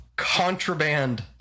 Contraband